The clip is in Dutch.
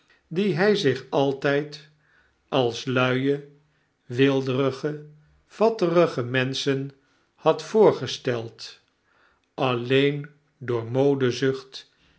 die hy zich altyd als luie weelderige fatterige menschen had voorgesteld alleen door modezucht